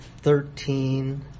thirteen